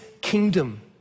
kingdom